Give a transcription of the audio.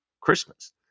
Christmas